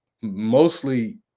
mostly